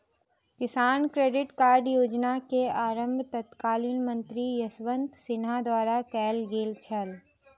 किसान credit card योजना के आरम्भ तत्कालीन मंत्री यशवंत सिन्हा द्वारा कयल गेल छल